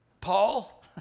Paul